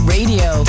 Radio